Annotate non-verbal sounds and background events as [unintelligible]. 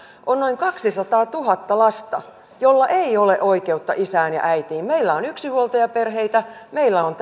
on noin kaksisataatuhatta lasta joilla ei ole oikeutta isään ja äitiin meillä on yksinhuoltajaperheitä meillä on [unintelligible]